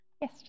Yes